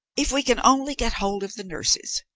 if we can only get hold of the nurses!